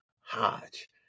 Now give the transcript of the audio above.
Hodge